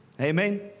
Amen